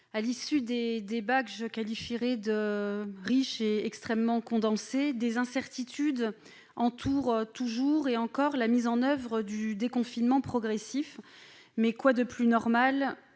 à l'issue de débats que je qualifierai de riches et d'extrêmement condensés, des incertitudes entourent toujours la mise en oeuvre du déconfinement progressif. Mais quoi de plus normal,